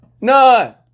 None